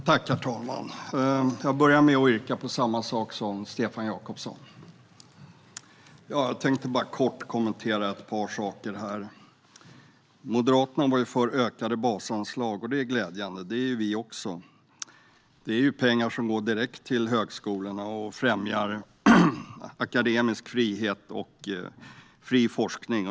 Herr talman! Jag börjar med att yrka på samma sak som Stefan Jakobsson. Jag tänkte bara kort kommentera ett par saker. Moderaterna var för ökade basanslag, och det är glädjande. Det är vi också. Det är pengar som går direkt till högskolorna och främjar akademisk frihet och fri forskning.